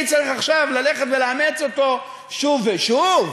אני צריך עכשיו ללכת ולאמץ אותו שוב ושוב?